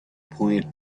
point